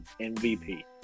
MVP